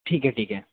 ठीक है ठीक है